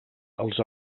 als